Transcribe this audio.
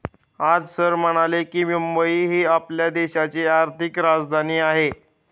आज सर म्हणाले की, मुंबई ही आपल्या देशाची आर्थिक राजधानी आहे